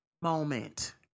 moment